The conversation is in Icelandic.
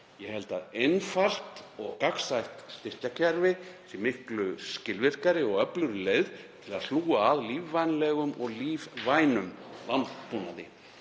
Ég held að einfalt og gagnsætt styrkjakerfi sé miklu skilvirkari og öflugri leið til að hlúa að lífvænlegum og lífvænum landbúnaði.